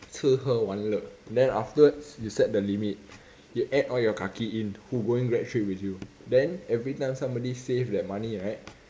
吃喝玩乐 then afterwards you set the limit you add all your kaki in who going grad trip with you then every time somebody save that money right